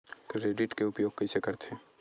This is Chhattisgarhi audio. क्रेडिट के उपयोग कइसे करथे?